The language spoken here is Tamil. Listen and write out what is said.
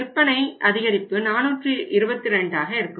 விற்பனை அதிகரிப்பு 422 ஆக இருக்கும்